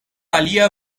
alia